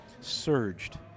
surged